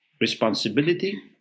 responsibility